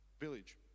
village